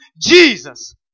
Jesus